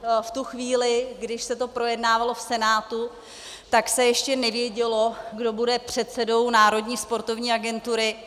V tu chvíli, když se to projednávalo v Senátu, se ještě nevědělo, kdo bude předsedou Národní sportovní agentury.